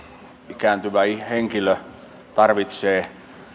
ikääntyvä henkilö tarvitsee